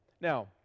Now